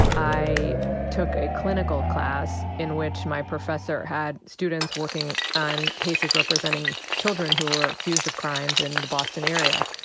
i took a clinical class in which my professor had students working on cases representing children who were accused of crimes in the boston area.